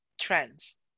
trends